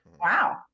Wow